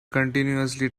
continuously